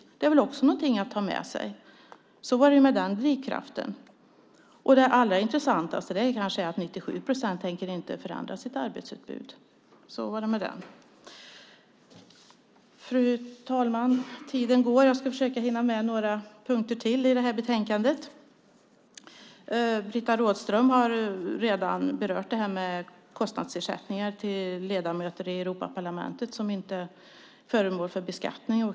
Det är väl också någonting att ta med sig. Så var det med den drivkraften. Det allra intressantaste är kanske att 97 procent inte tänker förändra sitt arbetsutbud. Så var det med det. Fru talman! Tiden går, men jag ska försöka hinna med några punkter till i det här betänkandet. Britta Rådström har redan berört kostnadsersättningar till ledamöter i Europaparlamentet som inte är föremål för beskattning.